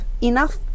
enough